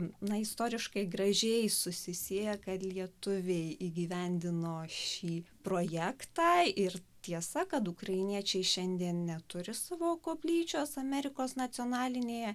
na istoriškai gražiai susisieja kad lietuviai įgyvendino šį projektą ir tiesa kad ukrainiečiai šiandien neturi savo koplyčios amerikos nacionalinėje